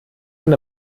man